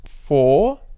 four